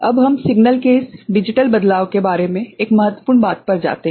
अब हम सिग्नल के इस डिजिटल बदलाव के बारे में एक बहुत महत्वपूर्ण बात पर जाते हैं